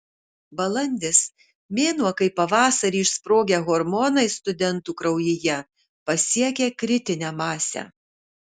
balandis mėnuo kai pavasarį išsprogę hormonai studentų kraujyje pasiekia kritinę masę